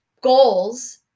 goals